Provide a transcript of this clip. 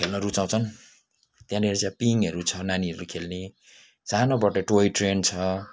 खेल्न रुचाउँछन् त्यहाँनिर चाहिँ अब पिङहरू छ नानीहरू खेल्ने सानो बढे टोय ट्रेन छ